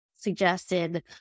suggested